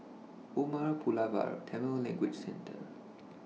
Umar Pulavar Tamil Language Centre